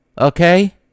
Okay